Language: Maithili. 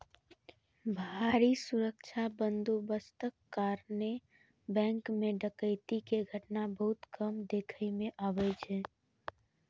भारी सुरक्षा बंदोबस्तक कारणें बैंक मे डकैती के घटना बहुत कम देखै मे अबै छै